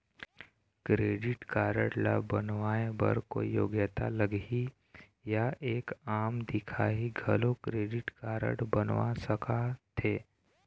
Credit card ला बनवाए बर कोई योग्यता लगही या एक आम दिखाही घलो क्रेडिट कारड बनवा सका थे?